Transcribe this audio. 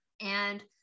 and-